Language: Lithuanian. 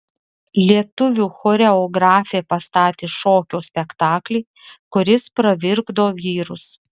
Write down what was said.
lietuvių choreografė pastatė šokio spektaklį kuris pravirkdo vyrus